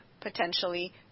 potentially